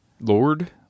Lord